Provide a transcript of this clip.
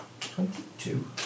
Twenty-two